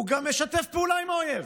בזמן מלחמה, ומשדר את התעמולה של האויב